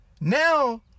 Now